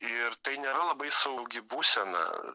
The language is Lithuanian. ir tai nėra labai saugi būsena